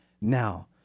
Now